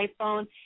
iPhone